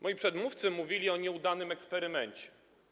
Moi przedmówcy mówili o nieudanym eksperymencie.